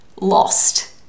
lost